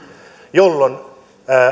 jolloin